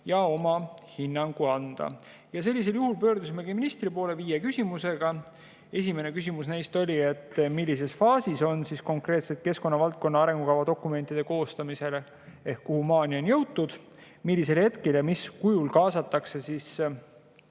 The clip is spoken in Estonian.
oma hinnang anda. Ja pöördusimegi ministri poole viie küsimusega. Esimene küsimus neist oli, et millises faasis on konkreetselt keskkonnavaldkonna arengukava dokumentide koostamine ehk kuhumaani on jõutud. Millisel hetkel ja mis kujul kaasatakse